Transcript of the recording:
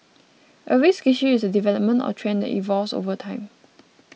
a risk issue is a development or trend that evolves over time